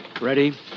Ready